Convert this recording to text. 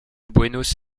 buenos